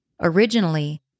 Originally